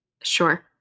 sure